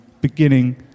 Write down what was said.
beginning